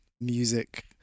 music